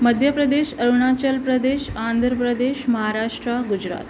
Madhya Pradesh Arunachal Pradesh Andhra Pradesh Maharashtra Gujarat